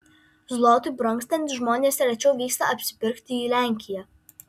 zlotui brangstant žmonės rečiau vyksta apsipirkti į lenkiją